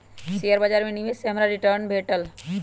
share बाजार में निवेश से हमरा निम्मन रिटर्न भेटल